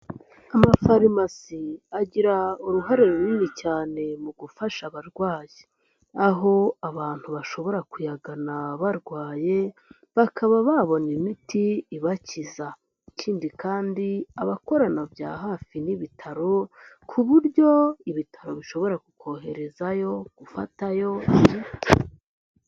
Amafarumasi agira uruhare runini cyane, mu gufasha abarwayi. Aho abantu bashobora kuyagana barwaye, bakaba babona imiti ibakiza. Ikindi kandi aba akorana bya hafi n'ibitaro, ku buryo ibitaro bishobora kukoherezayo, gufatayo imiti.